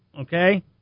okay